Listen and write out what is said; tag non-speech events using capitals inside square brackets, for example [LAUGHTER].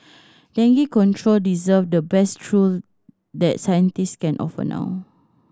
dengue control deserve the best tool that [UNINTELLIGIBLE] can offer now